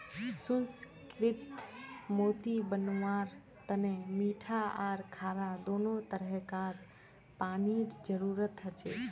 सुसंस्कृत मोती बनव्वार तने मीठा आर खारा दोनों तरह कार पानीर जरुरत हछेक